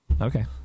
Okay